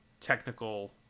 technical